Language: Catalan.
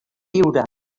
viure